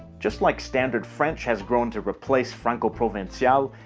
just like standard french has grown to replace franco-provencal,